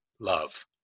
love